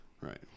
Right